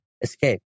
escape